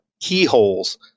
keyholes